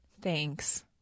Thanks